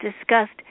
discussed